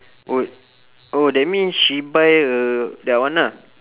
oh oh that means she buy uh that one ah